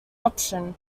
option